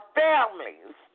families